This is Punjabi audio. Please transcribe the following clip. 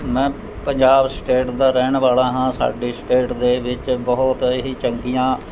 ਮੈਂ ਪੰਜਾਬ ਸਟੇਟ ਦਾ ਰਹਿਣ ਵਾਲ਼ਾ ਹਾਂ ਸਾਡੇ ਸਟੇਟ ਦੇ ਵਿੱਚ ਬਹੁਤ ਹੀ ਚੰਗੀਆਂ